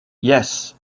yes